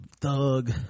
thug